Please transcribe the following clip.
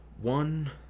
one